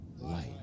Light